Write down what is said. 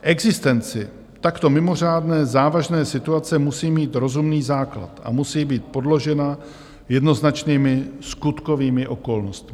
Existence takto mimořádné závažné situace musí mít rozumný základ a musí být podložena jednoznačnými skutkovými okolnostmi.